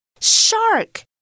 Shark